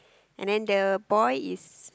and the boy is